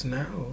now